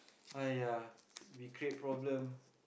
!aiya! we create problem